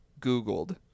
Googled